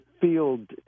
field